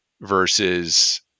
versus